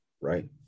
right